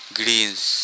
greens